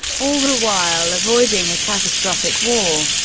all the while avoiding a catastrophic war.